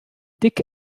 dick